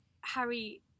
Harry